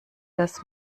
das